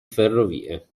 ferrovie